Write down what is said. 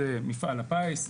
זה מפעל הפיס,